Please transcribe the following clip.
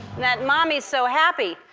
that mommy's so happy.